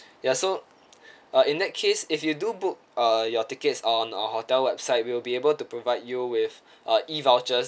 ya so uh in that case if you do book uh your tickets on our hotel website we'll be able to provide you with uh E vouchers